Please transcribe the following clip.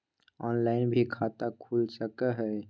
Online भी खाता खूल सके हय?